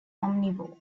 omnivore